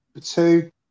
two